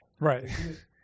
Right